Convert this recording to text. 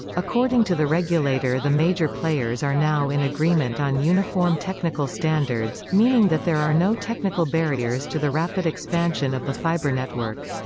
according to the regulator the major players are now in agreement on uniform technical standards, meaning that there are no technical barriers to the rapid expansion of the fibre network.